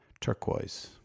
turquoise